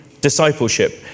discipleship